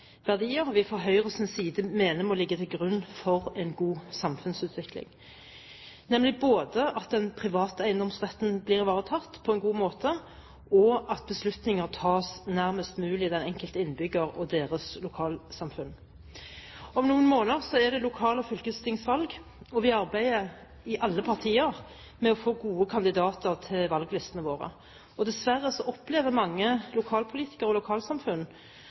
verdier vi fra Høyres side mener må ligge til grunn for en god samfunnsutvikling, nemlig både at den private eiendomsretten blir ivaretatt på en god måte, og at beslutninger tas nærmest mulig den enkelte innbygger og dennes lokalsamfunn. Om noen måneder er det lokalvalg og fylkestingsvalg, og alle partier arbeider med å få gode kandidater til valglistene sine. Dessverre opplever mange lokalpolitikere og lokalsamfunn